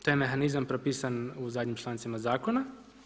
To je mehanizam propisan u zadnjim člancima Zakona.